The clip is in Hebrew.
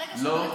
לא, לא.